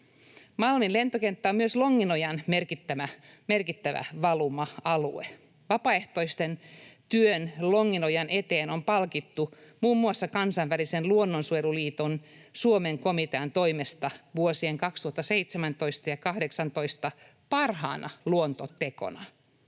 Malmin lentokenttä on myös Longinojan merkittävä valuma-alue. Vapaaehtoisten työ Longinojan eteen on palkittu muun muassa Kansainvälisen luonnonsuojeluliiton Suomen komitean toimesta vuosien 2017 ja 2018 parhaana luontotekona.